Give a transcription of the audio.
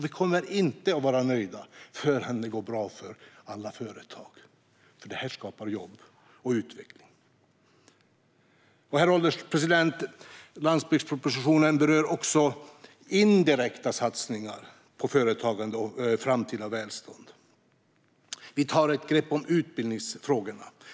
Vi kommer inte att vara nöjda förrän det går bra för alla företag, för detta skapar jobb och utveckling. Herr ålderspresident! Landsbygdspropositionen berör också indirekta satsningar på företagande och framtida välstånd. Vi tar ett grepp om utbildningsfrågorna.